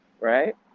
right